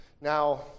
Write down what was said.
Now